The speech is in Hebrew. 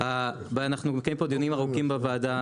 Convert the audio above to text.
אנחנו מקיימים פה דיונים ארוכים בוועדה,